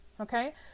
Okay